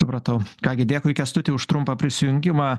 supratau ką gi dėkui kęstuti už trumpą prisijungimą